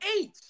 Eight